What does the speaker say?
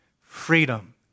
Freedom